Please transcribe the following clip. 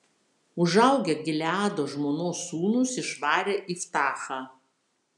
užaugę gileado žmonos sūnūs išvarė iftachą